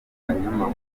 banyamakuru